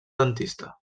dentista